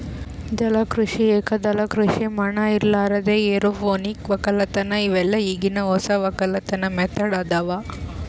ಜಲ ಕೃಷಿ, ಏಕದಳ ಕೃಷಿ ಮಣ್ಣ ಇರಲಾರ್ದೆ ಎರೋಪೋನಿಕ್ ವಕ್ಕಲತನ್ ಇವೆಲ್ಲ ಈಗಿನ್ ಹೊಸ ವಕ್ಕಲತನ್ ಮೆಥಡ್ ಅದಾವ್